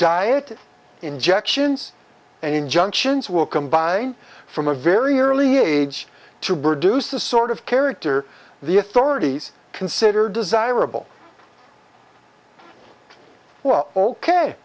diet injections and injunctions will combine from a very early age to bird use a sort of character the authorities consider desirable well ok